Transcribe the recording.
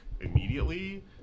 immediately